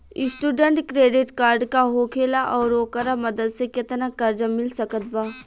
Student credit card का होखेला और ओकरा मदद से केतना कर्जा मिल सकत बा?